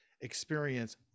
experience